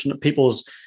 people's